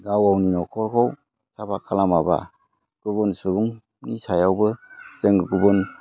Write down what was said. गाव गावनि न'खरखौ साफा खालामाबा गुबुन सुबुंनि सायावबो जों गुबुन